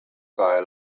kaj